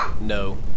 no